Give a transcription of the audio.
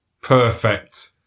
perfect